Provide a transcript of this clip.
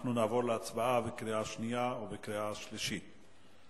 ואנחנו נעבור להצבעה בקריאה שנייה ובקריאה שלישית.